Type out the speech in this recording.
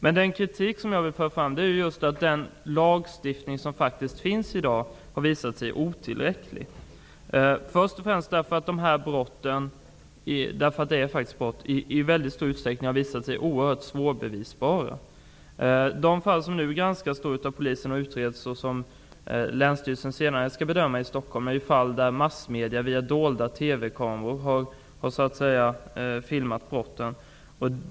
Men den kritik som jag vill föra fram är att den lagstiftning som i dag finns har visats vara otillräcklig. Dessa brott -- det är faktiskt brott det handlar om -- har i väldigt stor utsträckning visats vara oerhört svårbevisbara. De fall som nu granskas och utreds av Polisen, och som Länsstyrelsen i Stockholm senare skall bedöma, rör sig om situationer där massmedierna med hjälp av dolda TV-kameror har filmat brotten.